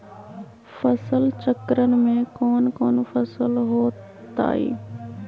फसल चक्रण में कौन कौन फसल हो ताई?